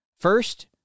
first